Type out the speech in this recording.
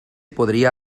podría